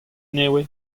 nevez